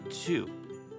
two